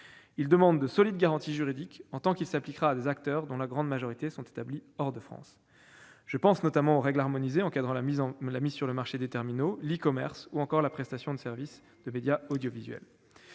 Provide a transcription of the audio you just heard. ainsi que de solides garanties juridiques, ce système devant s'appliquer à des acteurs dont la grande majorité sont établis hors de France. Je pense notamment aux règles harmonisées encadrant la mise sur le marché des terminaux, l'e-commerce, ou encore la prestation des services de médias audiovisuels.